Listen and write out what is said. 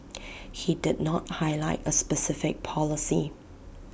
he did not highlight A specific policy